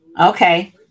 Okay